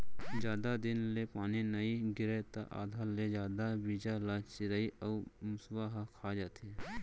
जादा दिन ले पानी नइ गिरय त आधा ले जादा बीजा ल चिरई अउ मूसवा ह खा जाथे